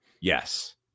Yes